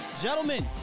gentlemen